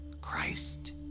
Christ